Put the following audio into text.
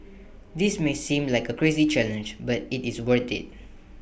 this may seem like A crazy challenge but IT is worth IT